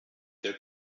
der